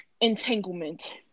entanglement